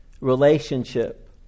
relationship